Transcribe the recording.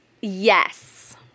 Yes